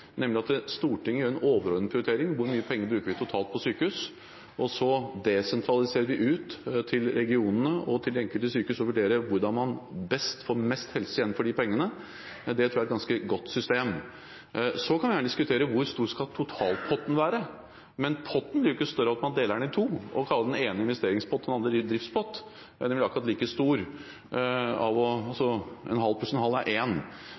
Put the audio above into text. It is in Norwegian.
nemlig at Stortinget gjør en overordnet prioritering, hvor mye penger vi totalt bruker på sykehus – og så desentraliserer vi det til regionene, slik at de enkelte sykehusene vurderer hvordan man best kan få mest helse ut av de pengene. Det tror jeg er et ganske godt system. Så kan vi gjerne diskutere hvor stor totalpotten skal være. Men potten blir jo ikke større av at man deler den i to og kaller den ene delen investeringspott og den andre driftspott. Nei, den er like stor. En halv pluss en halv er